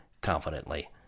confidently